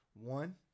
one